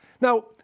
now